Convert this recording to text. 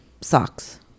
socks